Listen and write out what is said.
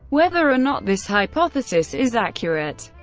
whether or not this hypothesis is accurate,